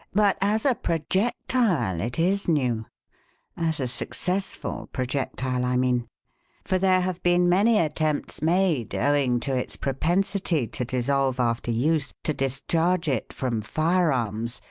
but as a projectile, it is new as a successful projectile, i mean for there have been many attempts made, owing to its propensity to dissolve after use, to discharge it from firearms,